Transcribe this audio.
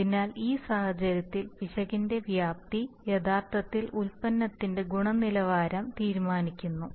അതിനാൽ ഈ സാഹചര്യത്തിൽ പിശകിന്റെ വ്യാപ്തി യഥാർത്ഥത്തിൽ ഉൽപ്പന്നത്തിന്റെ ഗുണനിലവാരം തീരുമാനിക്കുന്നു